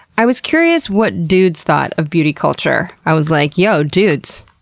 i was curious what dudes thought of beauty culture. i was like, yo, dudes!